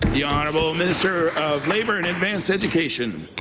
the honourable minister of labour and advanced education.